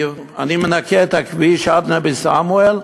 אני מנקה את הכביש עד נבי-סמואל,